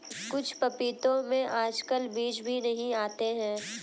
कुछ पपीतों में आजकल बीज भी नहीं आते हैं